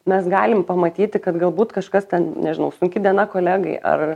mes galim pamatyti kad galbūt kažkas ten nežinau sunki diena kolegai ar